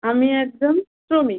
আমি একজন শ্রমিক